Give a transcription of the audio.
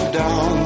down